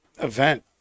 event